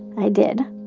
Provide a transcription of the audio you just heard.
i did.